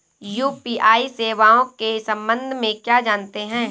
UPI सेवाओं के संबंध में क्या जानते हैं?